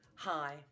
Hi